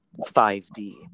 5d